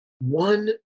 one